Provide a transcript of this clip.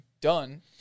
done